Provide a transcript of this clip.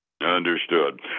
understood